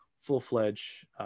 full-fledged